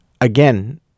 again